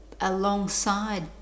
alongside